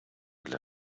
для